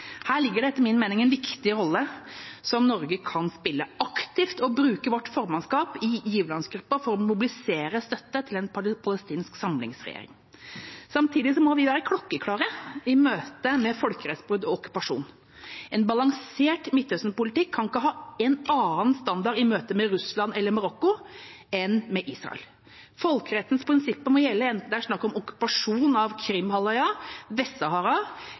Her ligger det etter min mening en viktig rolle som Norge kan spille aktivt, og vi kan bruke vårt formannskap i giverlandsgruppa for å mobilisere støtte til en palestinsk samlingsregjering. Samtidig må vi være klokkeklare i møte med folkerettsbrudd og okkupasjon. En balansert midtøstenpolitikk kan ikke ha en annen standard i møte med Russland eller Marokko enn med Israel. Folkerettens prinsipper må gjelde enten det er snakk om okkupasjon av Krimhalvøya,